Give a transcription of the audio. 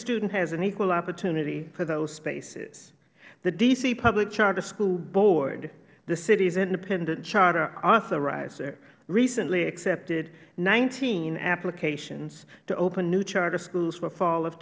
student has an equal opportunity for those spaces the d c public charter school board the city's independent charter authorizer recently accepted nineteen applications to open new charter schools for fall of